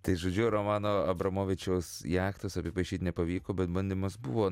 tai žodžiu romano abramovičiaus jachtos apipaišyt nepavyko bet bandymas buvo